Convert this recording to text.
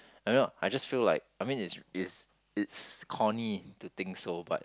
I know I just feel like I mean it's is it's corny to think so but